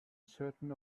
certain